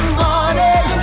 morning